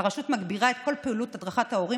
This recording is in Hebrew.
הרשות מגבירה את כל פעילות הדרכת ההורים